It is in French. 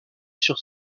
sur